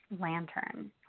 lantern